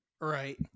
Right